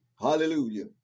hallelujah